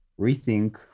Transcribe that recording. rethink